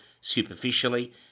superficially